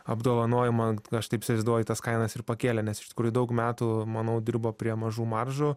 apdovanojimą ant k aš taip įsivaizduoju tas kainas ir pakėlė nes iš tikrųjų daug metų manau dirbo prie mažų maržų